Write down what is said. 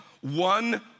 One